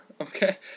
okay